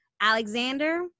Alexander